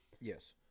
Yes